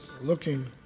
looking